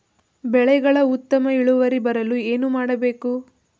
ಬೆಳೆಗಳ ಉತ್ತಮ ಇಳುವರಿ ಬರಲು ಏನು ಮಾಡಬೇಕು?